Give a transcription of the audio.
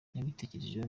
nabitekerejeho